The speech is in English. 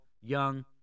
young